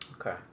okay